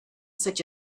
such